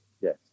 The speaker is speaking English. yes